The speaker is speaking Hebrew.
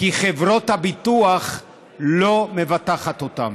כי חברות הביטוח לא מבטחות אותם,